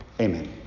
Amen